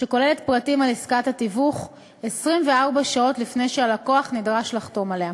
שכוללת פרטים על עסקת התיווך 24 שעות לפני שהלקוח נדרש לחתום עליה.